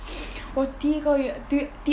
我第一个